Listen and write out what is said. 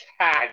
tad